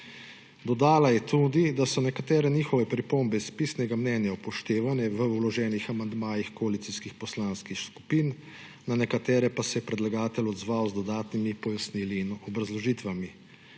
Dodala je tudi, da so nekatere njihove pripombe iz pisnega mnenja upoštevane v vloženih amandmajih koalicijskih poslanskih skupin, na nekatere pa se je predlagatelj odzval z dodatnimi pojasnili in obrazložitvami.